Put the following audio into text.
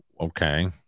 Okay